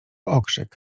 okrzyk